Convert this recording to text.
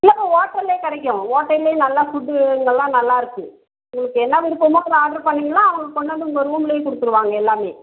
இல்லைப்பா ஓட்டல்லே கிடைக்கும் ஓட்டல்லே நல்ல ஃபுட்டு இதெல்லாம் நல்லாயிருக்கு உங்களுக்கு என்ன விருப்பமோ அதை ஆட்ரு பண்ணீங்கனால் அவங்க கொண்டு வந்து உங்கள் ரூம்லே கொடுத்துருவாங்க எல்லாமே